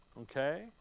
Okay